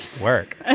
work